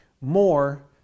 more